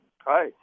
Hi